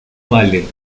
vale